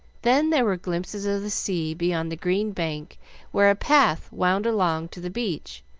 then there were glimpses of the sea beyond the green bank where a path wound along to the beach,